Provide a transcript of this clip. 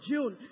June